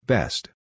Best